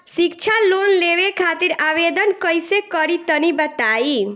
शिक्षा लोन लेवे खातिर आवेदन कइसे करि तनि बताई?